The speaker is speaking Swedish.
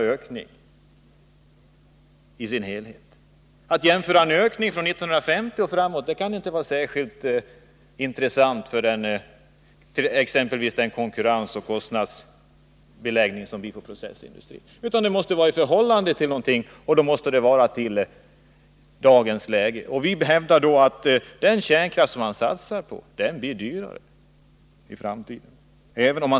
Ökningen från år 1950 och framåt kan inte vara särskilt intressant när det gäller konkurrenskraften och kostnadsläget inom processindustrin. Jämförelsen måste avse dagens kostnader och de framtida. Vi hävdar då att den kärnkraft man vill satsa på blir dyrare i framtiden.